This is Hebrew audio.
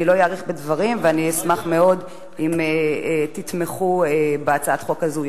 אני לא אאריך בדברים ואני אשמח מאוד אם תתמכו בהצעת החוק הזו.